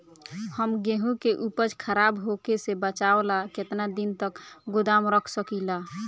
हम गेहूं के उपज खराब होखे से बचाव ला केतना दिन तक गोदाम रख सकी ला?